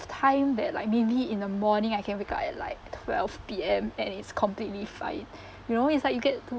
time that like maybe in the morning I can wake up at like twelve P_M and it's completely fine you know it's like you get to